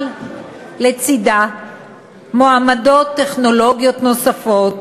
אבל לצדה מועמדות טכנולוגיות נוספות,